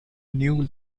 new